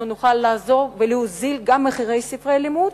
ונוכל לעזור וגם להוזיל את ספרי הלימוד,